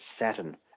Saturn